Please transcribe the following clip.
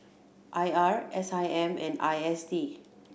I R S I M and I S D